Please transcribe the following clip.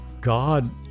God